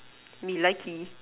me likely